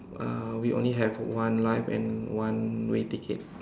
uh we only have one life and one way ticket